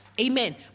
amen